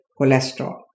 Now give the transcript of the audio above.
cholesterol